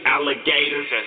Alligators